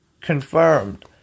confirmed